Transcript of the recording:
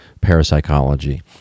parapsychology